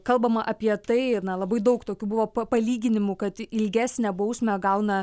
kalbama apie tai labai daug tokių buvo pa palyginimų kad ilgesnę bausmę gauna